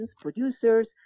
producers